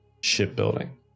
shipbuilding